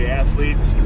athletes